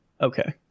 Okay